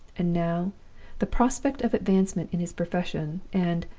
and now the prospect of advancement in his profession, and,